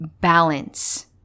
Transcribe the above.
balance